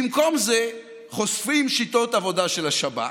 במקום זה חושפים שיטות עבודה של השב"כ,